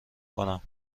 کنم